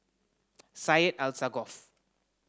Syed Alsagoff